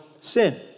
sin